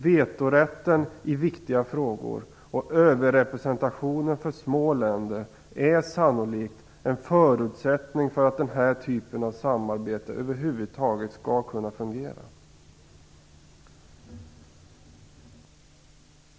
Vetorätten i viktiga frågor och överrepresentationen för små länder är sannolikt en förutsättning för att den här typen av samarbete över huvud taget skall kunna fungera.